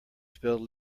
spilled